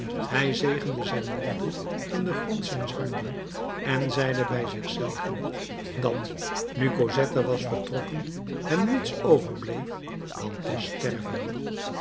hij zegende zijn liefde in den grond zijns harten en zeide bij zich zelven dat nu cosette was vertrokken hem niets overbleef dan te sterven